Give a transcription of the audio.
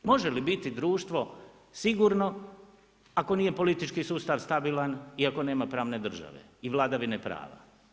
Može li biti društvo sigurno ako nije politički sustav stabilan i ako nema pravne države i vladavine prava?